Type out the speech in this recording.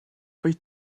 wyt